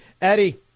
Eddie